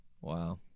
Wow